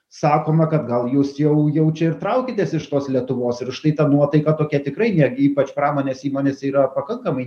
sakoma kad gal jūs jau jau čia ir traukitės iš tos lietuvos ir štai ta nuotaika tokia tikrai netgi ypač pramonės įmonėse yra pakankamai